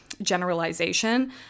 generalization